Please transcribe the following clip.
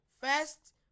First